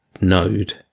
node